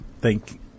Thank